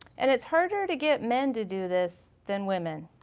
and it's harder to get men to do this than women.